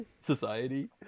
society